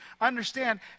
Understand